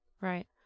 right